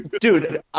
Dude